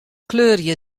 kleurje